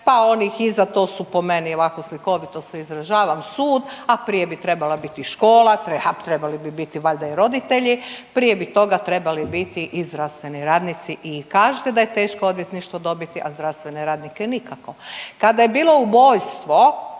pa onih iza, to su po meni ovako slikovito se izražavam sud, a prije bi trebala biti škola, ha trebali bi biti valjda i roditelji, prije bi toga trebali biti i zdravstveni radnici i kažete da je teško odvjetništvo dobiti, a zdravstvene radnike nikako. Kada je bilo ubojstvo